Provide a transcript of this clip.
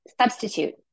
Substitute